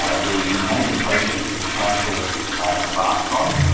ah the major projects which council embarks on,